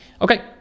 Okay